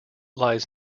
lies